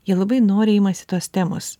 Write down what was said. jie labai noriai imasi tos temos